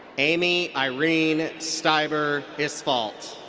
amiee irene stieber isfalt.